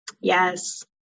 Yes